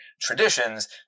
traditions